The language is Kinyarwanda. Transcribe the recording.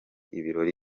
ibiro